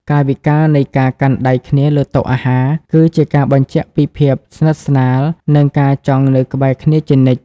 កាយវិការនៃការកាន់ដៃគ្នាលើតុអាហារ គឺជាការបញ្ជាក់ពីភាពស្និទ្ធស្នាល និងការចង់នៅក្បែរគ្នាជានិច្ច។